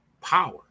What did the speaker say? power